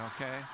okay